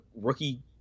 rookie